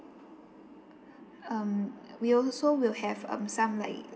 um we also will have um some like